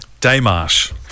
Damash